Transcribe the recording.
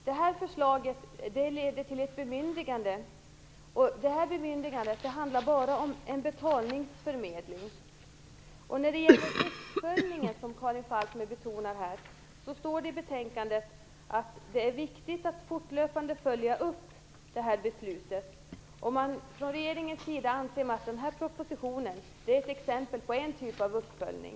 Fru talman! Förslaget leder till ett bemyndigande, och bemyndigandet handlar bara om en betalningsförmedling. När det gäller vikten av en uppföljning, som Karin Falkmer betonar, står det i betänkandet att det är viktigt att fortlöpande följa upp detta beslut. Från regeringens sida anser man att propositionen är ett exempel på en typ av uppföljning.